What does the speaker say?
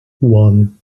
one